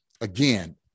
again